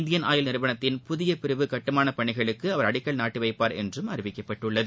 Indian Oil நிறுவனத்தின் புதியபிரிவு கட்டுமானபணிகளுக்குஅவர் அடிக்கல் நாட்டி வைப்பார் என்றும் அறிவிக்கப்பட்டுள்ளது